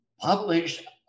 published